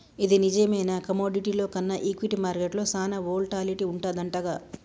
ఇది నిజమేనా కమోడిటీల్లో కన్నా ఈక్విటీ మార్కెట్లో సాన వోల్టాలిటీ వుంటదంటగా